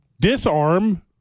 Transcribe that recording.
Disarm